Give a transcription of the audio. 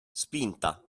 spinta